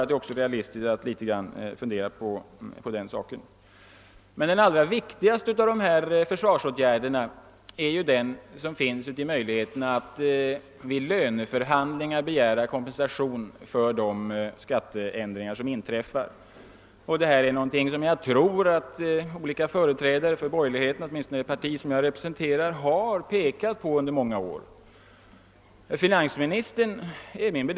Det är nog realistiskt att tänka även på detta. Men den allra viktigaste av dessa försvarsåtgärder är möjligheten att vid löneförhandlingar begära kompensation för de skatteändringar som inträffat. Jag tror att olika företrädare för borgerligheten under många år har pekat på detta problem, och jag vet att företrädare för det parti som jag representerar har gjort det.